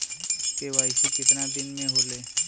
KYC कितना दिन में होले?